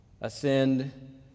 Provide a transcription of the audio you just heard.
ascend